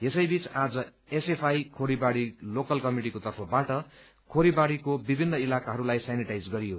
यसै बीच आज एसएफआई खोरीबाड़ी लोकल कमिटिका तर्फबाट खोरीबाड़ीको विभिन्र इलाकाहरूलाई सेनिटाइज गरियो